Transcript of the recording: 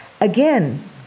again